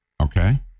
Okay